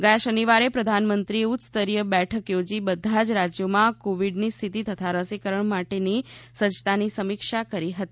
ગયા શનિવારે પ્રધાનમંત્રીએ ઉચ્યસ્તરીય બેઠક યોજીને બધા જ રાજ્યોમાં કોવીડની સ્થિતિ તથા રસીકરણ માટેની સજ્જતાની સમીક્ષા કરી હતી